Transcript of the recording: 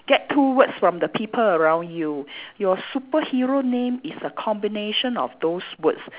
get two words from the people around you your superhero name is a combination of those words